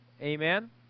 Amen